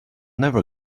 never